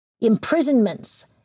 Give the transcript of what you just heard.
imprisonments